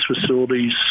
facilities